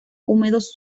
húmedos